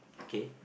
okay